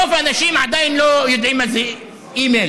רוב האנשים עדיין לא יודעים מה זה אימייל,